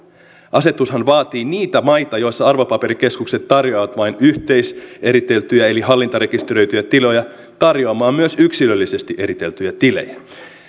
asetushan vaatii niitä maita joissa arvopaperikeskukset tarjoavat vain yhteiseriteltyjä eli hallintarekisteröityjä tilejä tarjoamaan myös yksilöllisesti eriteltyjä tilejä